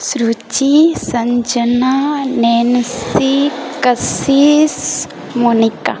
Suruchi Sanjana Nancy Kashish Monika